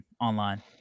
online